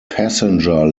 passenger